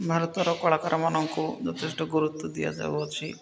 ଭାରତର କଳାକାରମାନଙ୍କୁ ଯଥେଷ୍ଟ ଗୁରୁତ୍ୱ ଦିଆଯାଉଅଛି